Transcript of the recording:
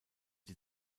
die